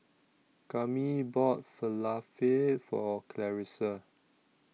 Kami bought Falafel For Clarissa